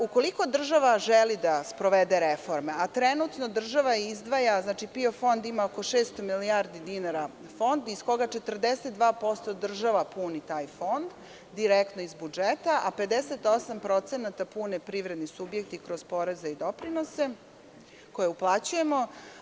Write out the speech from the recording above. Ukoliko država želi da sprovede reforme, a trenutno država izdvaja, znači, PIO fond ima oko 600 milijardi dinara, iz koga 42% država puni taj fond direktno iz budžeta, a 58% pune privredni subjekti kroz poreze i doprinose koje uplaćujemo.